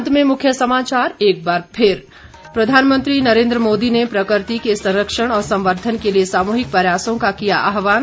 अंत में मुख्य समाचार एक बार फिर प्रधानमंत्री नरेन्द्र मोदी ने प्रकृति के संरक्षण और संवर्द्वन के लिए सामूहिक प्रयासों का किया आह्वान